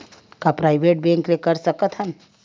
का private bank ले कर सकत हन?